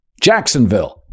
Jacksonville